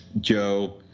Joe